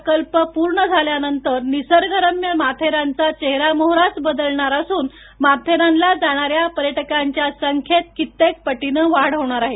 हा प्रकल्प पूर्ण झाल्यानंतर निसर्ग रम्य माथेरानचा चेहरा मोहराच बदलणार असून माथेरानला जाणारया पर्यटकांच्या संख्येत कित्येक पटीने वाढ होणार आहे